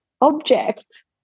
object